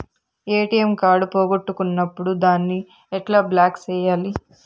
ATM card పోగొట్టుకున్నప్పుడు దాన్ని ఎట్లా బ్లాక్ సేయాలి